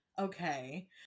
Okay